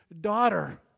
daughter